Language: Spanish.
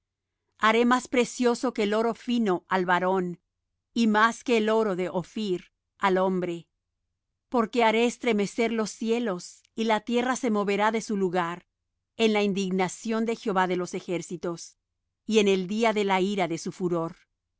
haré más precioso que el oro fino al varón y más que el oro de ophir al hombre porque haré estremecer los cielos y la tierra se moverá de su lugar en la indignación de jehová de los ejércitos y en el día de la ira de su furor